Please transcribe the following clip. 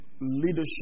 leadership